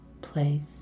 place